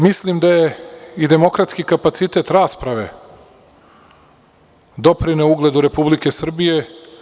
Mislim da je i demokratski kapacitet rasprave doprineo ugledu Republike Srbije.